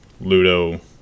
Ludo